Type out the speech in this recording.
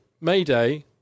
Mayday